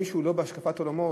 של מישהו שהוא לא בהשקפת עולמם,